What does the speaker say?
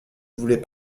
voulez